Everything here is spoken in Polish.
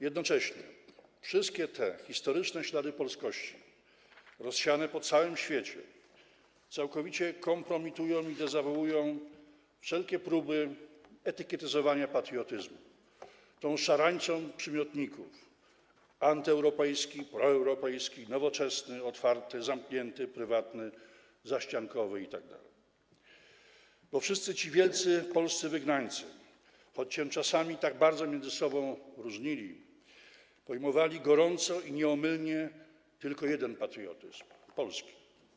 Jednocześnie wszystkie te historyczne ślady polskości rozsiane po całym świecie całkowicie kompromitują i dezawuują wszelkie próby etykietowania patriotyzmu tą szarańczą przymiotników - antyeuropejski, proeuropejski, nowoczesny, otwarty, zamknięty, prywatny, zaściankowy itd. - bo wszyscy ci wielcy polscy wygnańcy, choć czasami tak bardzo się między sobą różnili, pojmowali gorąco i nieomylnie tylko jeden patriotyzm: polski.